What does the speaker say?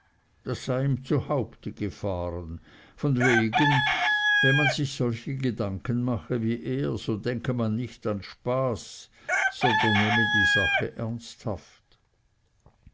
das sei ihm zu haupt gefahren von wegen wenn man sich solche gedanken mache wie er so denke man nicht an spaß sondern nehme die sache ernsthaft